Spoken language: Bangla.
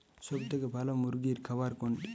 সবথেকে ভালো মুরগির খাবার কোনটি?